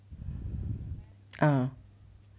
ah